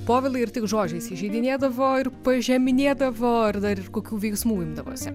povilai ar tik žodžiais įžeidinėdavo ir pažeminėdavo ar dar ir kokių veiksmų imdavosi